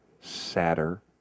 sadder